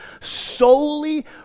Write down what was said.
solely